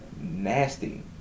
nasty